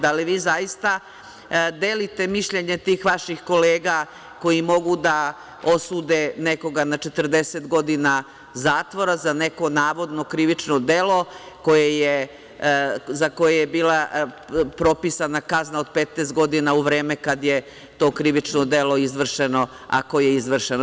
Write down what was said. Da li vi zaista delite mišljenje tih vaših kolega koji mogu da osude nekoga na 40 godina zatvora za neko navodno krivično delo za koje je bila propisana kazna od 15 godina u vreme kad je to krivično delo izvršeno, ako je izvršeno?